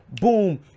Boom